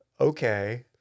Okay